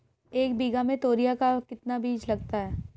एक बीघा में तोरियां का कितना बीज लगता है?